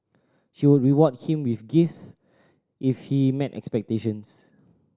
she would reward him with gifts if he met expectations